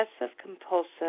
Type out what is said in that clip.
obsessive-compulsive